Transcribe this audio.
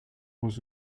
was